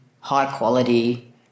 high-quality